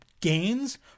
gains